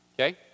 Okay